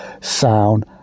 Sound